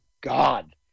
God